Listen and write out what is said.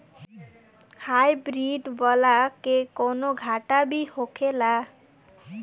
Hybrid बोला के कौनो घाटा भी होखेला?